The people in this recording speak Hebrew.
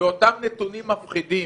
ובאותם נתונים מפחידים